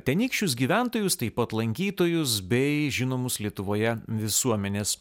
tenykščius gyventojus taip pat lankytojus bei žinomus lietuvoje visuomenės